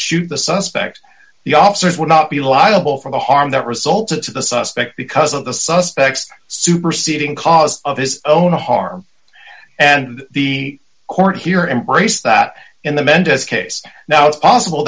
shoot the suspect the officers will not be liable for the harm that resulted to the suspect because of the suspects superseding cause of his own harm and the court here embrace that in the mendez case now it's possible